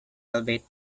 albeit